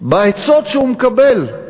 בעצות שהוא מקבל.